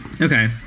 okay